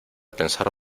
pensar